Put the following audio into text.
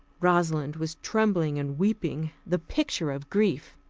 rosalind was trembling and weeping, the picture of grief